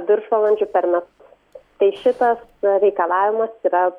viršvalandžių per me tai šitas reikalavimas yra